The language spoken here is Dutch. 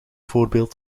voorbeeld